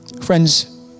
Friends